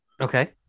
Okay